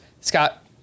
Scott